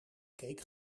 cake